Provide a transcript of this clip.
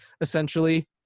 essentially